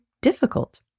difficult